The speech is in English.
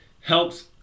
helps